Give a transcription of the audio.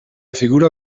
figura